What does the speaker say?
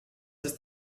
ist